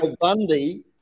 Bundy